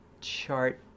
chart